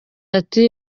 ati